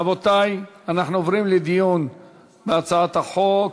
רבותי, אנחנו עוברים לדיון בהצעת החוק.